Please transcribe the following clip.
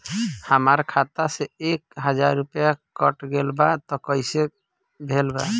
हमार खाता से एक हजार रुपया कट गेल बा त कइसे भेल बा?